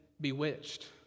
bewitched